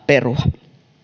perua